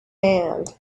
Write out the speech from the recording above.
hand